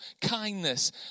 kindness